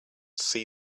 see